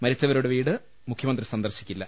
മരിച്ചവരുടെ വീട് മുഖ്യമന്ത്രി സന്ദർശിക്കില്ല